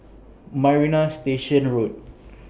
Marina Station Road